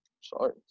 Sorry